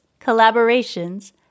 collaborations